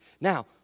Now